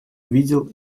увидел